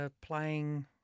playing